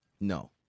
No